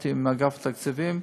ישבתי עם אגף התקציבים,